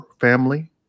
family